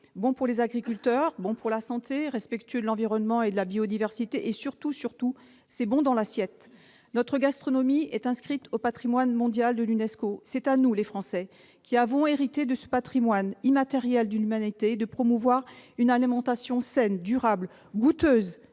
bon pour les agriculteurs, bon pour la santé, respectueux de l'environnement et de la biodiversité et, surtout, c'est bon dans l'assiette ! Notre gastronomie a été inscrite par l'UNESCO au patrimoine mondial de l'humanité. C'est à nous, Français, qui avons hérité de ce patrimoine immatériel, de promouvoir une alimentation saine, durable, goûteuse,